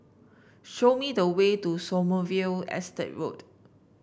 show me the way to Sommerville Estate Road